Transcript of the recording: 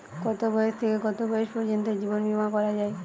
কতো বয়স থেকে কত বয়স পর্যন্ত জীবন বিমা করা যায়?